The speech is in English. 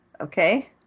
okay